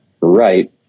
right